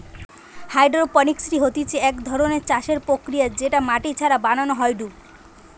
hydroponics হতিছে এক ধরণের চাষের প্রক্রিয়া যেটা মাটি ছাড়া বানানো হয়ঢু